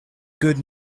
good